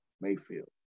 Mayfield